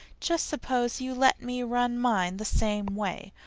just suppose you let me run mine the same way.